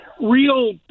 real